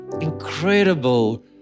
incredible